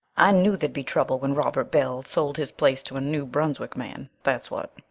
i knew there'd be trouble when robert bell sold his place to a new brunswick man, that's what.